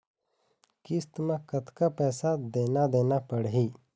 किस्त म कतका पैसा देना देना पड़ही?